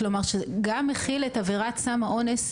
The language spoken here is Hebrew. כלומר שזה גם מכיל את עבירת סם האונס.